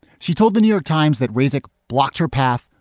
she told the new york times that rasekh blocked her path,